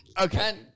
Okay